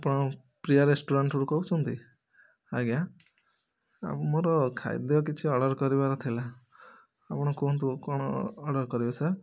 ଆପଣ ପ୍ରିୟା ରେଷ୍ଟୁରାଣ୍ଟରୁ କହୁଛନ୍ତି ଆଜ୍ଞା ମୋର ଖାଦ୍ୟ କିଛି ଅର୍ଡ଼ର୍ କରିବାର ଥିଲା ଆପଣ କୁହନ୍ତୁ କ'ଣ ଅର୍ଡ଼ର୍ କରିବେ ସାର୍